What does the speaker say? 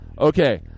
Okay